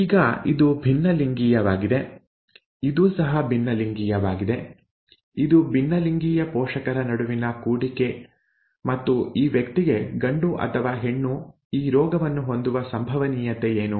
ಈಗ ಇದು ಭಿನ್ನಲಿಂಗೀಯವಾಗಿದೆ ಇದು ಸಹ ಭಿನ್ನಲಿಂಗೀಯವಾಗಿದೆ ಇದು ಭಿನ್ನಲಿಂಗೀಯ ಪೋಷಕರ ನಡುವಿನ ಕೂಡಿಕೆ ಮತ್ತು ಈ ವ್ಯಕ್ತಿಗೆ ಗಂಡು ಅಥವಾ ಹೆಣ್ಣು ಈ ರೋಗವನ್ನು ಹೊಂದುವ ಸಂಭವನೀಯತೆ ಏನು